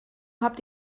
habt